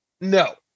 no